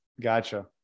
Gotcha